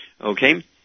Okay